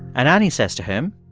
and annie says to him.